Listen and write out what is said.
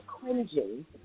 cringing